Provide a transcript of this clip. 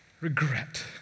Regret